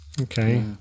okay